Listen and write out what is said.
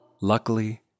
Luckily